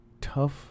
tough